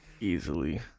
Easily